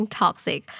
toxic